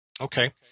Okay